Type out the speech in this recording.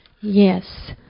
Yes